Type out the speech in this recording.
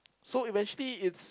so eventually it's